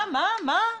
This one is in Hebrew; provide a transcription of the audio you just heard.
מה, מה, מה?